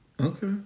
Okay